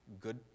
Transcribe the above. Good